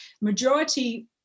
Majority